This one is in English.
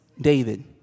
David